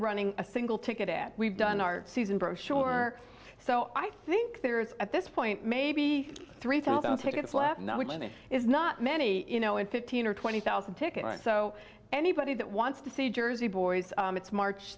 running a single ticket at we've done our season brochure so i think there is at this point maybe three thousand tickets left when it is not many you know in fifteen or twenty thousand tickets so anybody that wants to see jersey boys it's march